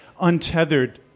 untethered